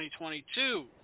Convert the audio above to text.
2022